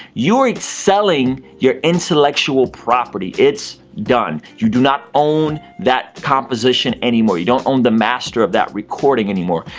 you are selling your intellectual property. it's done, you do not own that composition anymore. you don't own the master of that recording anymore.